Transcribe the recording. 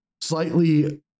slightly